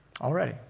Already